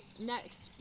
next